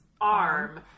arm